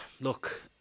Look